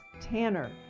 Tanner